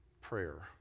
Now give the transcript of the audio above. prayer